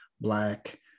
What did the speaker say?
black